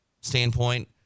standpoint